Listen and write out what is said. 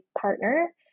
partner